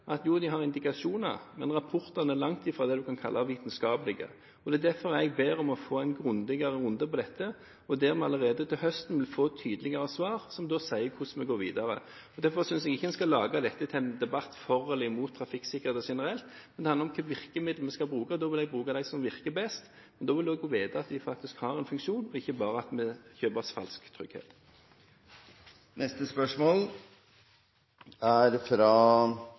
kan kalle vitenskapelige. Det er derfor jeg ber om å få en grundigere runde på dette, der vi allerede til høsten vil få tydeligere svar som sier hvordan vi går videre. Derfor synes jeg ikke en skal gjøre dette til en debatt for eller imot trafikksikkerhet generelt. Det handler om hvilke virkemidler vi skal bruke. Da vil jeg bruke dem som virker best, og da vil man også få vite at de faktisk har en funksjon, ikke bare at vi kjøper oss falsk trygghet. Jeg har sendt over følgende spørsmål